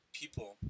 people